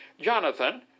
Jonathan